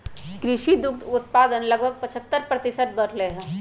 कृषि दुग्ध उत्पादन लगभग पचहत्तर प्रतिशत बढ़ लय है